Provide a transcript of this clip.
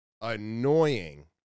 annoying